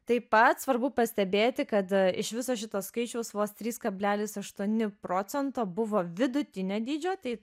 taip pat svarbu pastebėti kad iš viso šito skaičiaus vos trys kablelis aštuoni procento buvo vidutinio dydžio tai